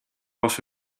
was